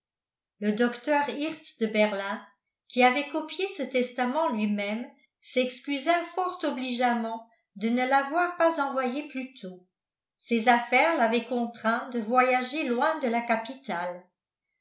le docteur hirtz de berlin qui avait copié ce testament lui-même s'excusa fort obligeamment de ne l'avoir pas envoyé plus tôt ses affaires l'avaient contraint de voyager loin de la capitale